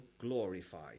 glorified